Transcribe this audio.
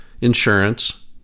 insurance